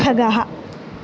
खगः